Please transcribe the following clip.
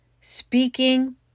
speaking